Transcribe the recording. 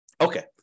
Okay